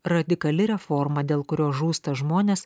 radikali reforma dėl kurios žūsta žmonės